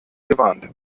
gewarnt